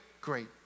great